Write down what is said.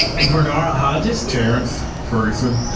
vernard hodges. terrence ferguson.